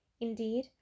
Indeed